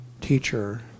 teacher